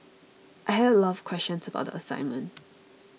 I had a lot of questions about the assignment